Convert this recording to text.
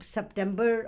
September